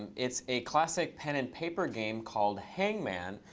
it's a classic pen and paper game called hangman.